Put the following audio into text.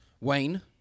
Wayne